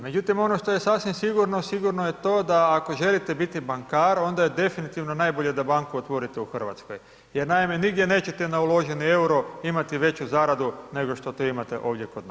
Međutim, ono što je sasvim sigurno, sigurno je to da ako želite biti bankar onda je definitivno najbolje da banku otvorite u Hrvatskoj, jer naime nigdje neće na uloženi EUR-o imati veću zaradu nego što to imate ovdje kod nas.